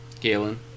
Galen